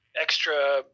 extra